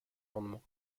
rendement